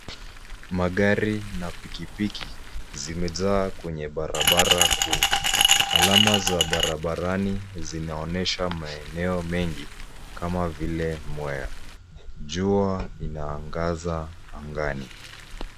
Magari na pikipiki zimejaa kwenye barabara kuu. Alama za barabarani zinaonyesha maeneo mengi kama vile Mwea. Jua linaangaza angani.